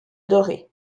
dorée